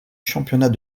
championnat